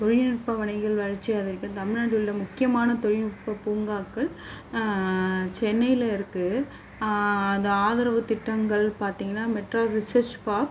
தொழில்நுட்ப வணிகம் வளர்ச்சி அடைந்த தமிழ்நாட்டில் உள்ள முக்கியமான தொழில்நுட்ப பூங்காக்கள் சென்னையில் இருக்குது அந்த ஆதரவு திட்டங்கள் பார்த்திங்கன்னா மெட்ரோ ரிசெர்ச் பார்க்